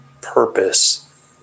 purpose